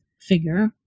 figure